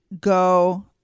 go